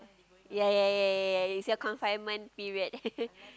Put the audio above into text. ya ya ya ya ya is a confinement period